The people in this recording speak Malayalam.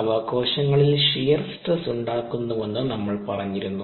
അവ കോശങ്ങളിൽ ഷിയർ സ്ട്രെസ്സ് ഉണ്ടാക്കുന്നുവെന്നും നമ്മൾ പറഞ്ഞിരുന്നു